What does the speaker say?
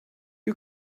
you